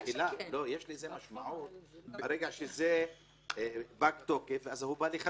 יש לזה משמעות ברגע שהרישיון פג תוקף והוא בא לחדש.